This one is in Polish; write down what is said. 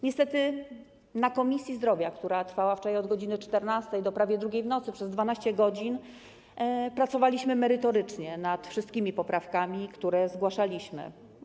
Na posiedzeniu Komisji Zdrowia, które trwało wczoraj od godz. 14 do prawie godz. 2 w nocy, przez 12 godzin pracowaliśmy merytorycznie nad wszystkimi poprawkami, które zgłaszaliśmy.